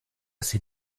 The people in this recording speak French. ces